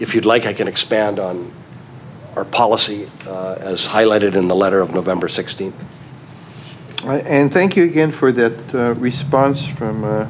if you'd like i can expand on our policy as highlighted in the letter of november sixteenth and thank you again for that response from